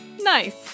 Nice